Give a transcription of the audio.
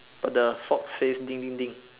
but the folks say ding ding ding